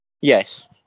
Yes